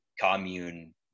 commune